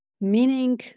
meaning